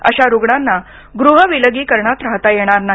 अशा रुग्णांना गृह विलगीकरणात राहाता येणार नाही